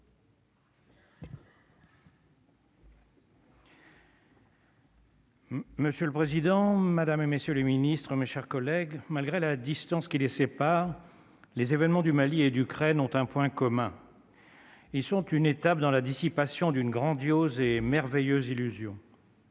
Monsieur le Président, Madame et messieurs les ministres, mes chers collègues, malgré la distance qui les sépare les événements du Mali et d'Ukraine ont un point commun. Ils sont une étape dans la dissipation d'une grandiose et merveilleuse illusion.